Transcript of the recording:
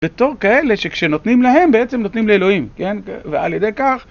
בתור כאלה שכשנותנים להם בעצם נותנים לאלוהים, כן, ועל ידי כך